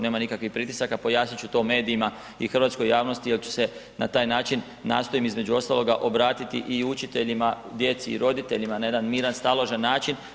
Nema nikakvih pritisaka, pojasnit ću to medijima i hrvatskoj javnosti i na taj način nastojim između ostaloga obratiti i učiteljima, djeci i roditeljima na jedan miran staložen način.